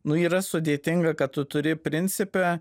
nu yra sudėtinga kad tu turi principe